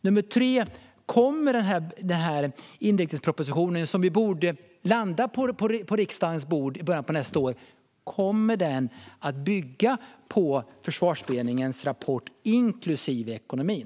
Nummer tre: Kommer inriktningspropositionen, som borde landa på riksdagens bord i början av nästa år, att bygga på Försvarsberedningens rapport, inklusive ekonomin?